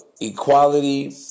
equality